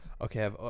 Okay